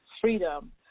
freedom